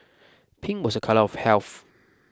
pink was a colour of health